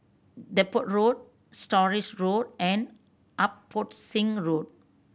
Depot Road Stores Road and Abbotsingh Road